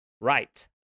Right